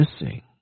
missing